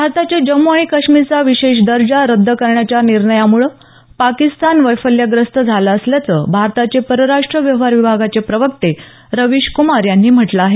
भारताच्या जम्मू आणि काश्मीरचा विशेष दर्जा रद्द करण्याच्या निर्णयामुळं पाकिस्तान वैफल्यग्रस्त झाला असल्याचं भारताचे परराष्ट्र व्यवहार विभागाचे प्रवक्ते रवीश कुमार यांनी म्हटलं आहे